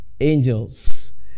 angels